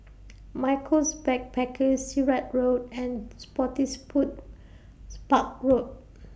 Michaels Backpackers Sirat Road and Spottiswoodes Park Road